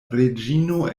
reĝino